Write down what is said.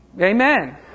Amen